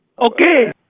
Okay